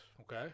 Okay